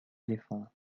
éléphants